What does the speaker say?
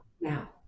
now